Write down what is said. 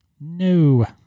No